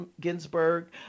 Ginsburg